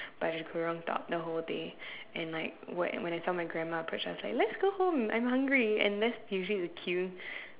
baju kurung top the whole day and like when when I saw my grandma approach I was like let's go home I'm hungry and that's usually the cue